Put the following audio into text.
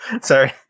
Sorry